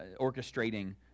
orchestrating